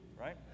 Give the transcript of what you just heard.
right